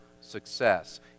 success